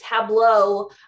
tableau